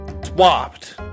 swapped